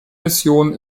mission